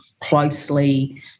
closely